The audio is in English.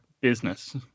business